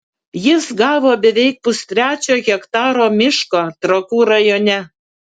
jis gavo beveik pustrečio hektaro miško trakų rajone